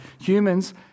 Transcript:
Humans